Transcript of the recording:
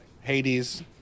Hades